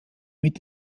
mit